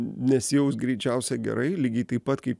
nesijaus greičiausiai gerai lygiai taip pat kaip